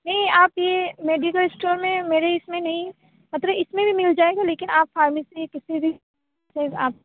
نہیں آپ یہ میڈیکل اسٹور میں میرے اس میں نہیں مطلب اس میں بھی مل جائے گا لیکن آپ فارمیسی کسی بھی سے آپ